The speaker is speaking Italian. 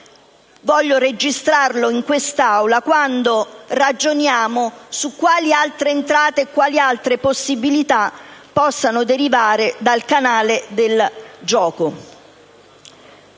voglio registrarlo in quest'Aula nel momento in cui ragioniamo su quali altre entrate e quali altre possibilità possano derivare dal canale del gioco.